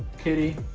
kitty,